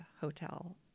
hotel